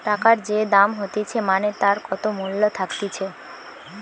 টাকার যে দাম হতিছে মানে তার কত মূল্য থাকতিছে